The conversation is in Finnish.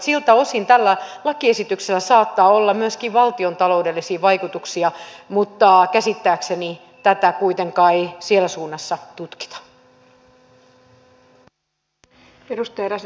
siltä osin tällä lakiesityksellä saattaa olla myöskin valtiontaloudellisia vaikutuksia mutta käsittääkseni tätä kuitenkaan ei siellä suunnassa tutkita